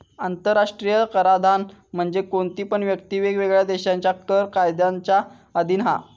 आंतराष्ट्रीय कराधान म्हणजे कोणती पण व्यक्ती वेगवेगळ्या देशांच्या कर कायद्यांच्या अधीन हा